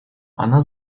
она